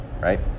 Right